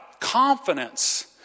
confidence